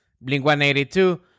Blink-182